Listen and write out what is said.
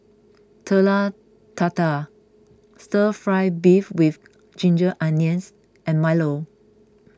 Telur Dadah Stir Fry Beef with Ginger Onions and Milo